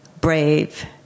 brave